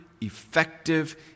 effective